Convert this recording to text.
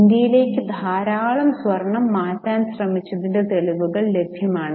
ഇന്ത്യയിലേക്ക് ധാരാളം സ്വർണം മാറ്റാൻ ശ്രമിച്ചതിന്റെ തെളിവുകൾ ലഭ്യമാണ്